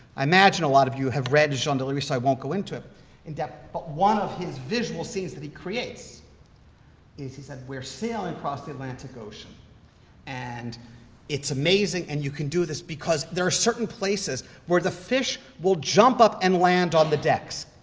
i imagine a lot of you have read jean de lery, so i won't go into it in depth. but one of his visual scenes that he creates is he said, we're sailing across the atlantic ocean and it's amazing, and you can do this because there are certain places where the fish will jump up and land on the decks.